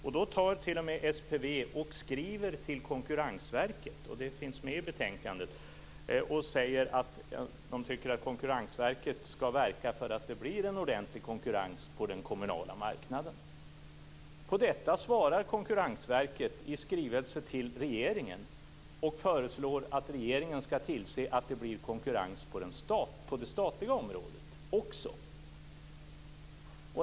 SPV skriver då t.o.m. till Konkurrensverket, det finns med i betänkandet, att man tycker att Konkurrensverket skall verka för att det blir en ordentlig konkurrens på den kommunala marknaden. På detta svarar Konkurrensverket i skrivelse till regeringen. Man föreslår att regeringen skall se till att det blir konkurrens på det statliga området också.